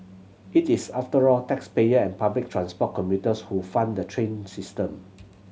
it is after all taxpayer and public transport commuters who fund the train system